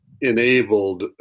enabled